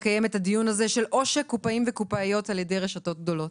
לקיים את הדיון הזה של עושק קופאים וקופאיות על ידי רשתות גדולות.